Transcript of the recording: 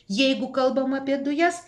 jeigu kalbam apie dujas